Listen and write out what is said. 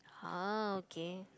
ah okay